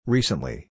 Recently